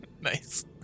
Nice